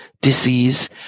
disease